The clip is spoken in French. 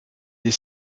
des